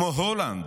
כמו הולנד,